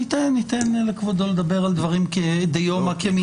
אני אתן לכבודו לדבר על דברים דיומא כמנהגנו.